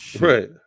Right